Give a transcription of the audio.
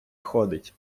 ходить